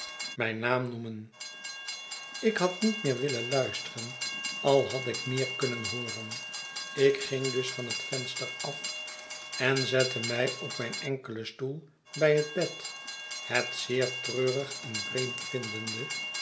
mijn naam noemen ik had niet meer willen luisteren al had ik meer kunnen hooren ik ging dus van het venster af en zette mij op mijn enkelen stoel bij het bed het zeer treurig en vreemd vindende